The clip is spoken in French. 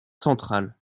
central